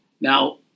Now